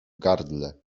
gardle